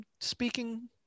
speaking